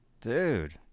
dude